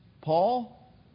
Paul